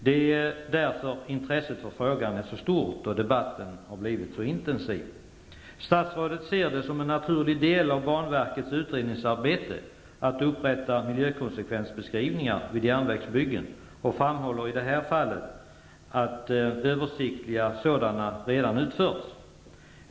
Det är därför intresset för frågan är så stort och debatten har blivit så intensiv. Statsrådet ser det som en naturlig del av banverkets utredningsarbete att upprätta miljökonsekvensbeskrivningar vid järnvägsbyggen och framhåller i det här fallet att översiktliga sådana redan har utförts.